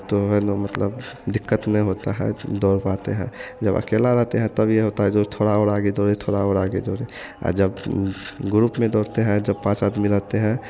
तो है न मतलब दिक्कत नहीं होता है दौड़ पाते हैं जब अकेला रहते हैं तब यह होता है जो थोड़ा और आगे दौड़े थोड़ा और आगे दौड़े जब ग्रुप में दौड़ते हैं जब पाँच आदमी रहते हैं